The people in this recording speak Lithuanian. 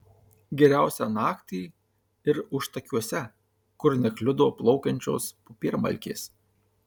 geriausia naktį ir užtakiuose kur nekliudo plaukiančios popiermalkės